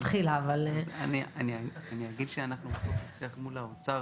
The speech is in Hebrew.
אז אני אגיד שאנחנו בתוך שיח מול האוצר